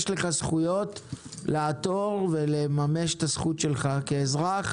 יש לך זכויות לעתור ולממש את הזכות שלך כאזרח,